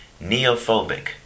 neophobic